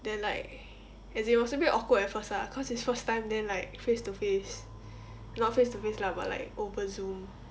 then like as in it was a bit awkward at first lah cause it's first time then like face to face not face to face lah but like over zoom